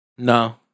No